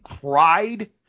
cried